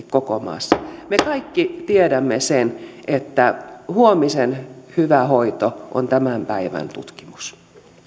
koko maassa me kaikki tiedämme sen että huomisen hyvä hoito on tämän päivän tutkimus